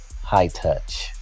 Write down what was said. Hightouch